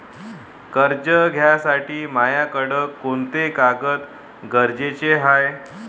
कर्ज घ्यासाठी मायाकडं कोंते कागद गरजेचे हाय?